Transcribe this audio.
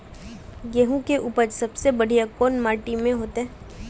गेहूम के उपज सबसे बढ़िया कौन माटी में होते?